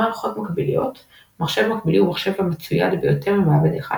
מערכות מקביליות – מחשב מקבילי הוא מחשב המצויד ביותר ממעבד אחד,